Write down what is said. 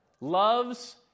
loves